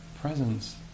presence